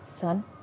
Son